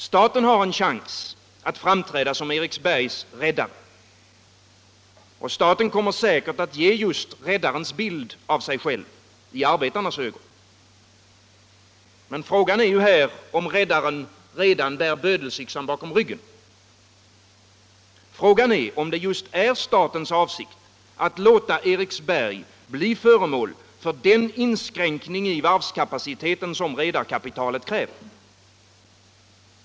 Staten har en chans att framträda som Eriksbergs räddare. Staten kommer säkert att ge just räddarens bild av sig själv i arbetarnas ögon. Men frågan är om räddaren redan bär bödelsyxan bakom ryggen. Frågan är om det just är statens avsikt att låta Eriksberg bli föremål för den inskränkning i varvskapaciteten som redarkapitalet kräver.